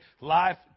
life